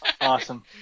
Awesome